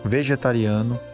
Vegetariano